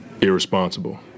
irresponsible